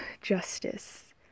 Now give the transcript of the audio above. justice